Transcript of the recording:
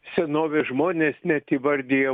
senovės žmonės net įvardijo